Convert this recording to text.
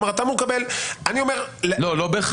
כלומר, אתה אמור לקבל --- לא, לא בהכרח.